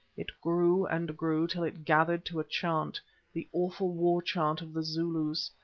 it grew and grew till it gathered to a chant the awful war chant of the zulus.